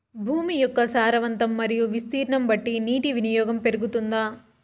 భూమి యొక్క సారవంతం మరియు విస్తీర్ణం బట్టి నీటి వినియోగం పెరుగుతుందా?